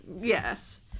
Yes